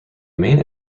main